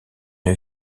une